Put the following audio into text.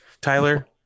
Tyler